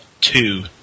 two